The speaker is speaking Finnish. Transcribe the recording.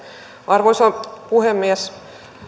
arvoisa puhemies